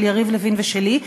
של יריב לוין ושלי,